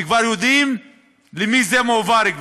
שכבר יודעים למי זה מועבר,